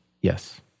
Yes